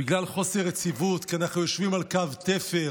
בגלל חוסר יציבות, כי אנחנו יושבים על קו תפר,